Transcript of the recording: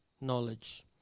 knowledge